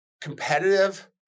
competitive